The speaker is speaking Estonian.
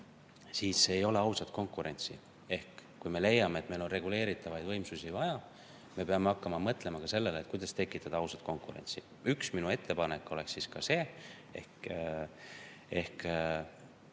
on, ei ole ausat konkurentsi. Ehk kui me leiame, et meil on reguleeritavaid võimsusi vaja, me peame hakkama mõtlema ka sellele, kuidas tekitada ausat konkurentsi. Üks minu ettepanek oleks see, et